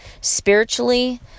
spiritually